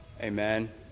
Amen